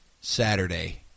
Saturday